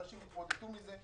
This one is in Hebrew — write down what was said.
אנשים יתמוטטו מזה.